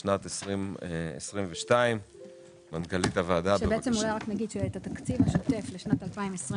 לשנת 2022. את התקציב השוטף לשנת 2022